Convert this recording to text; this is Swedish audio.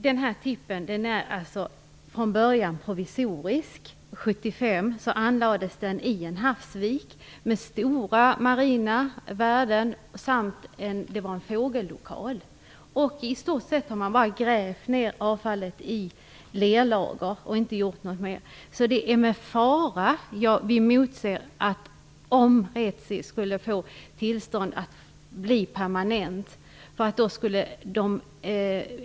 Denna tipp är alltså från början provisorisk. År 1975 anlades den i en havsvik med stora marina värden; det var en fågellokal. Man har i stort sett endast grävt ned avfallet i lerlagret utan att göra något mer. Det är alltså med fara vi ser detta tillstånd bli permanent, om det skulle bli så.